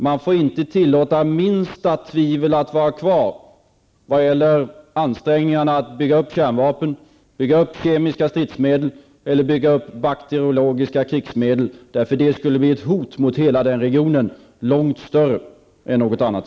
Man får inte tillåta minsta tvivel att vara kvar när det gäller ansträngningarna att utveckla kärnvapen, kemiska stridsmedel eller bakteriologiska krigsmedel. Det skulle bli ett långt större hot mot regionen än någonting annat.